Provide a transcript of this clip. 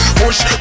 push